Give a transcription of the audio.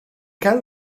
gan